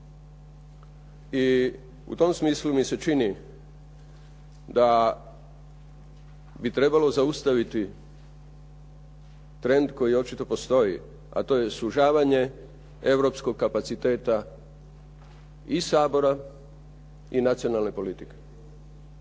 I u tom smislu mi se čini da bi trebalo zaustaviti trend koji očito postoji, a to je sužavanje europskog kapaciteta i Sabora i nacionalne politike.